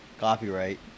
Copyright